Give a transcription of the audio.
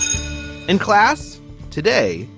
in class today,